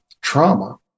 trauma